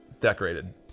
decorated